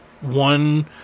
one